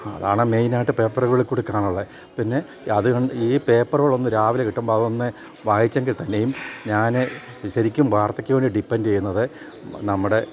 അതാണ് മെയിനായിട്ട് പേപ്പറുകളിൽ കൂടി കാണാറുള്ളത് പിന്നെ അധികം ഈ പേപ്പറുകളൊന്ന് രാവിലെ കിട്ടുമ്പോൾ അതൊന്ന് വായിച്ചെങ്കിൽ തന്നെയും ഞാൻ ശരിക്കും വാർത്തയ്ക്ക് വേണ്ടി ഡിപ്പെെൻഡ് ചെയ്യുന്നത് നമ്മുടെ